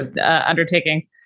undertakings